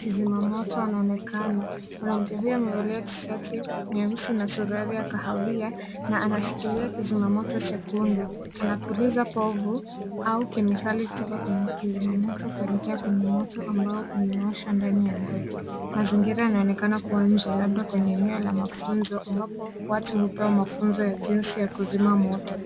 kizimamoto anaonekana. Mwanamke huyu amevalia tishati nyeusi na suruali ya kahawia na anashikilia kizimamoto chekundu. Anapuliza povu au kemikali kutoka kwenye kizimamoto kuelekea kwenye moto ambao umewashwa ndani ya ndoo. Mazingira yanaonekana kuwa nje, labda kwenye eneo lamafunzo ambapo watu hupewa mafunzo ya jinsi ya kuzima moto.